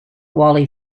wally